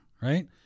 Right